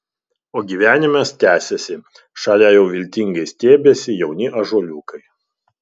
o gyvenimas tęsiasi šalia jau viltingai stiebiasi jauni ąžuoliukai